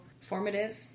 formative